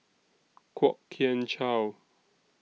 Kwok Kian Chow